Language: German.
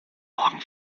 morgen